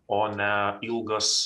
o ne ilgas